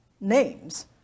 names